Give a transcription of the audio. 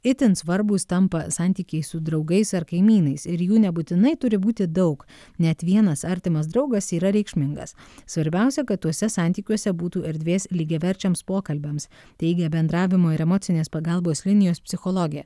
itin svarbūs tampa santykiai su draugais ar kaimynais ir jų nebūtinai turi būti daug net vienas artimas draugas yra reikšmingas svarbiausia kad tuose santykiuose būtų erdvės lygiaverčiams pokalbiams teigė bendravimo ir emocinės pagalbos linijos psichologė